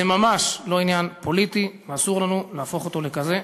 זה ממש לא עניין פוליטי ואסור לנו להפוך אותו לכזה.